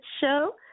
Show